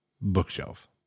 Bookshelf